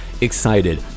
excited